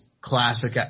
classic